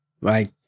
Right